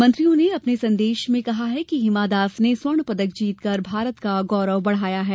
मंत्रीगण ने अपने संदेश में कहा है कि हिमा दास ने स्वर्ण पदक जीतकर भारत का गौरव बढ़ाया है